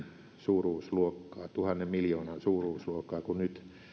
suuruusluokkaa tuhannen miljoonan suuruusluokkaa kun nyt